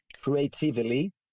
creatively